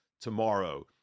tomorrow